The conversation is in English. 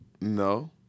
No